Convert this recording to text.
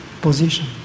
position